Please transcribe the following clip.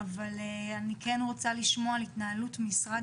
אבל אני כן רוצה לשמוע על התנהלות משרד